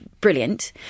brilliant